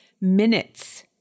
minutes